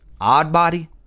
Oddbody